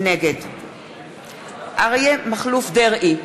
נגד אריה מכלוף דרעי,